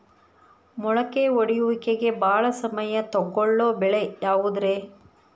ಮೊಳಕೆ ಒಡೆಯುವಿಕೆಗೆ ಭಾಳ ಸಮಯ ತೊಗೊಳ್ಳೋ ಬೆಳೆ ಯಾವುದ್ರೇ?